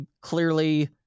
Clearly